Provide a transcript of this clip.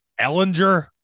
Ellinger